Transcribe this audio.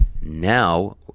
now